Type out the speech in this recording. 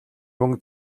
мөнгө